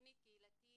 תכנית קהילתית,